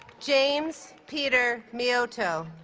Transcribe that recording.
james peter miotto